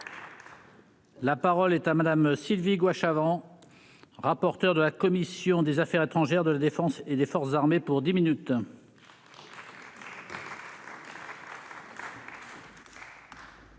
La parole est à Madame Sylvie gouache avant, rapporteur de la commission des Affaires étrangères de la Défense et des forces armées pour dix minutes.